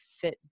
fit